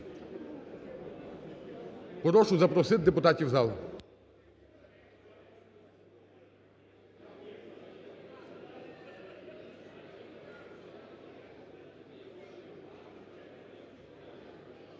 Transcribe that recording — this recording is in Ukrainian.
Прошу запросити депутатів в зал.